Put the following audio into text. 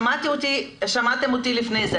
שמעתם אותי לפני זה,